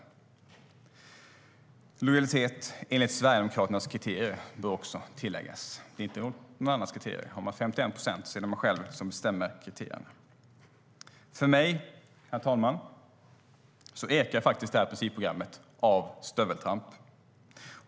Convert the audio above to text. Det bör tilläggas att det då är lojalitet enligt Sverigedemokraternas kriterier - inte någon annans kriterier. Om man har 51 procent är det man själv som bestämmer kriterierna. För mig, herr talman, ekar detta principprogram av stöveltramp.